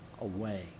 away